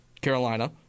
Carolina